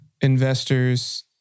investors